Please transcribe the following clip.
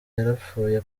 yarapfuye